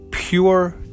pure